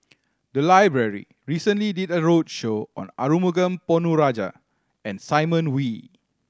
the library recently did a roadshow on Arumugam Ponnu Rajah and Simon Wee